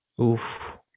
Oof